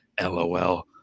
lol